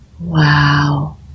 wow